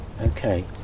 Okay